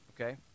Okay